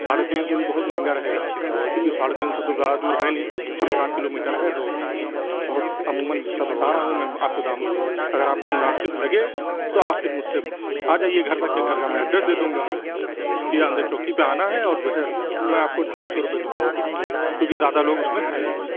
ساڑھے تین سو بھی بہت مہنگا رہے گا کیوں کہ ساڑھے تین سو تو زیادہ دور ہے نہیں چھ سات کلو میٹر ہے تو بہت عموماً سا بتا رہا ہوں میں آپ کو دام اگر آپ کو مناسب لگے تو آپ پھر مجھ سے آ جائیے گھر تک کے گھر کا میں ایڈریس دے دوں گا یہ اندر چوکی پہ آنا ہے اور جو ہے میں آپ کو ڈھائی سو روپئے دوں گا کیوں کہ زیادہ لوگ اُس میں ہیں نہیں